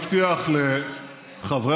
ממשיכים ללכת בדרכו,